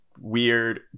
weird